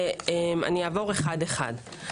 אעבור אחד-אחד.